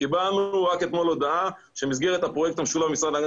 קיבלנו רק אתמול הודעה שבמסגרת הפרויקט המשולב עם המשרד להגנת